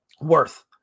worth